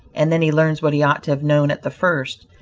and then he learns what he ought to have known at the first,